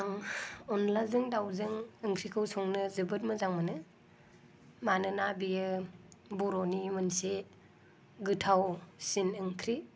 आं अन्दलाजों दाउजों ओंख्रिखौ संनो जोबोद मोजां मोनो मानोना बेयो बर'नि मोनसे गोथावसिन ओंख्रि